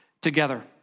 together